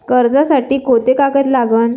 कर्जसाठी कोंते कागद लागन?